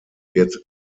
wird